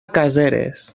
caseres